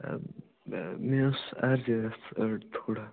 آ مےٚ مےٚ ٲس عرضہِ رژھ أڑۍ تھوڑا